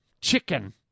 chicken